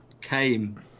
came